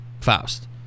Faust